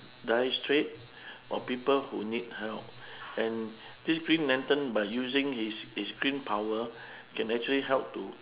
dying straight or people who need help and this green lantern by using his his green power can actually help to